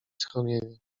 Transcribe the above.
schronienie